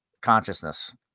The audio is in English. consciousness